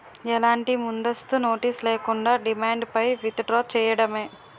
ఎలాంటి ముందస్తు నోటీస్ లేకుండా, డిమాండ్ పై విత్ డ్రా చేయడమే